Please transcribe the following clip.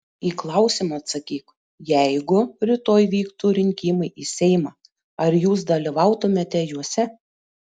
į klausimą atsakyk jeigu rytoj vyktų rinkimai į seimą ar jūs dalyvautumėte juose